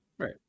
Right